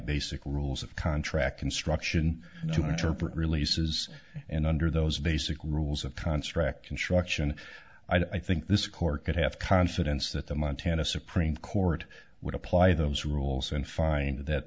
basic rules of contract construction to interpret releases and under those basic rules of construct construction i think this court could have confidence that the montana supreme court would apply those rules and find that